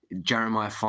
jeremiah